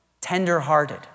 tenderhearted